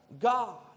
God